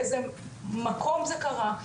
באיזה מקום זה קרה.